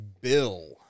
Bill